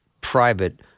private